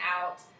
out